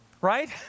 right